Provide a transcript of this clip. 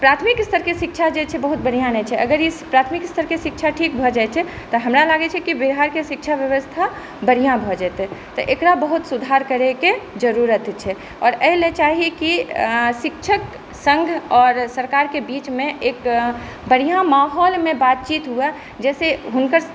प्राथमिक स्तरके जे शिक्षा छै बहुत बढ़िऑं नहि छै अगर ई प्राथमिक स्तरके शिक्षा ठीक भऽ जाइ छै तऽ हमरा लागै छै कि बिहारकेँ शिक्षा व्यवस्था बढ़िऑं भऽ जेतै तऽ एकरा बहुत सुधार करैके जरुरत छै आओर एहि लए चाही कि शिक्षक सङ्घ आओर सरकारकेँ बीचमे एक बढ़िऑं माहौलमे बातचीत हुए जाहि से हुनकर